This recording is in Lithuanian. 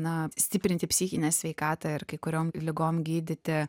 na stiprinti psichinę sveikatą ir kai kuriom ligom gydyti